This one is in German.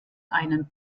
einen